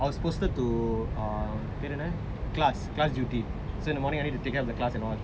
I was posted to err பேரென்ன:paeraenna class class duty so in the morning I need to take care of the class and all